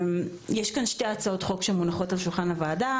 יש כאן שתי הצעות חוק שמונחות על שולחן הוועדה.